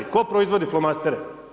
Tko proizvodi flomastere?